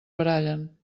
barallen